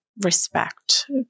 respect